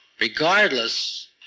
Regardless